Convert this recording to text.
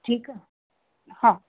ठीकु आहे हा